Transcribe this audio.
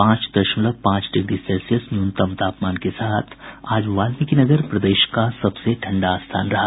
पांच दशमलव पांच डिग्री सेल्सियस न्यूनतम तापमान के साथ आज वाल्मिकीनगर प्रदेश का सबसे ठंडा स्थान रहा